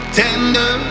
tender